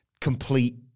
complete